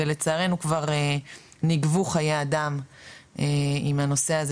ולצערנו כבר נגבו חיי אדם עם הנושא הזה